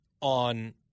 on